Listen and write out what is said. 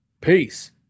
peace